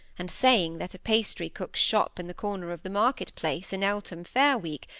and saying that a pastry-cook's shop in the corner of the market-place, in eltham fair week,